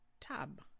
Tab